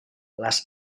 les